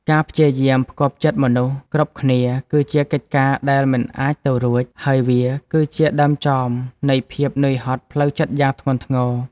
ការព្យាយាមផ្គាប់ចិត្តមនុស្សគ្រប់គ្នាគឺជាកិច្ចការដែលមិនអាចទៅរួច ហើយវាគឺជាដើមចមនៃភាពនឿយហត់ផ្លូវចិត្តយ៉ាងធ្ងន់ធ្ងរ។